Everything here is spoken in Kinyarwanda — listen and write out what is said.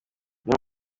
iyo